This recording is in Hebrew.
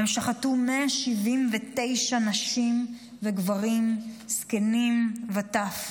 הם שחטו 179 נשים וגברים, זקנים וטף.